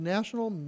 National